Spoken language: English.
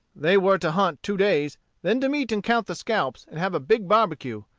they were to hunt two days then to meet and count the scalps, and have a big barbecue,